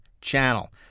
channel